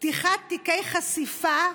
פתיחת תיקי חשיפה,